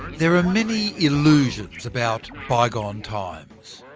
there are many illusions about bygone times.